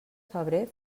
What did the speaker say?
febrer